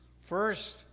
First